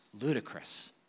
ludicrous